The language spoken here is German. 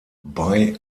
bei